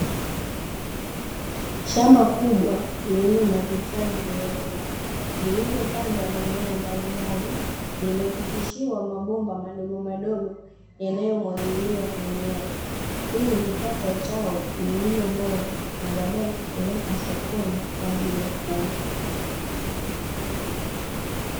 Shamba kubwa lililo na vitalu virefu vilivyopandwa mimea mbalimbali, imepitishiwa mabomba madogo madogo yanayomwagilia mimea ili kupata zao lililo bora na baadae kupelekwa sokoni kwa ajili ya kuuzwa.